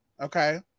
okay